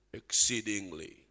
exceedingly